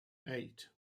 eight